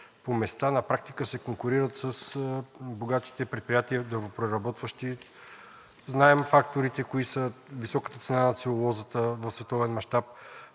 по места на практика се конкурират с богатите дървопреработващи предприятия. Знаем факторите кои са – високата цена на целулозата в световен мащаб,